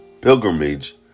pilgrimage